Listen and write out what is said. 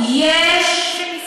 של משרד,